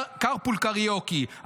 קארפול קריוקי,